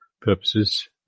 purposes